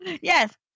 Yes